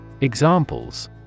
Examples